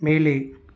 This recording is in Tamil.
மேலே